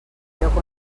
lloc